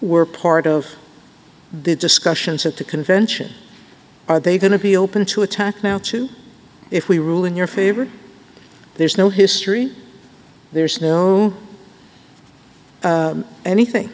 were part of the discussions at the convention are they going to be open to attack now to if we rule in your favor there's no history there's known anything